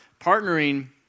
partnering